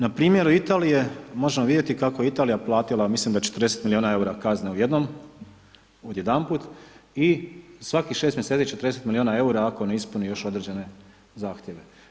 Na primjeru Italije možemo vidjeti kako je Italija platila, mislim da 40 miliona EUR-a kazne u jednom, odjedanput i svakim 6 mjeseci 40 miliona EUR-a ako ne ispuni još određene zahtjeve.